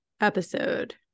Episode